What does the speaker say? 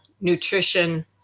nutrition